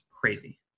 crazy